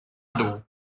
dół